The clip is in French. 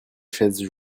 chaise